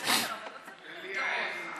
מטפורה.